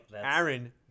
Aaron